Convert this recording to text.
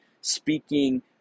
speaking